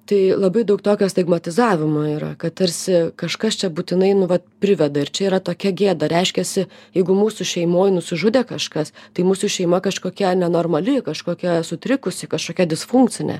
tai labai daug tokio stigmatizavimo yra kad tarsi kažkas čia būtinai nu va priveda ir čia yra tokia gėda reiškiasi jeigu mūsų šeimoj nusižudė kažkas tai mūsų šeima kažkokia nenormali kažkokia sutrikusi kažkokia disfunkcinė